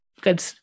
Good